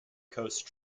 coast